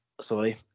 sorry